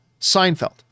Seinfeld